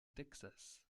texas